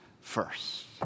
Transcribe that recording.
first